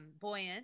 buoyant